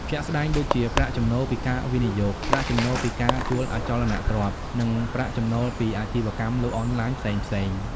ជាក់ស្ដែងដូចជា ប្រាក់ចំណូលពីការវិនិយោគ ប្រាក់ចំណូលពីការជួលអចលនទ្រព្យ និងប្រាក់ចំណូលពីអាជីវកម្មលក់អនឡាញផ្សេងៗ។